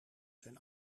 zijn